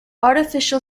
artificial